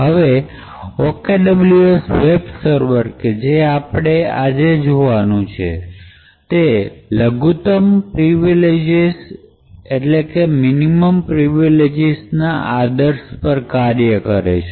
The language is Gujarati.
હવે OKWS વેબ સર્વર કે જે આપણે આજે જોવાનું છે તે લઘુત્તમ પ્રિવિલેજીસ ના આદર્શ પર કાર્ય કરે છે